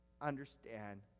understand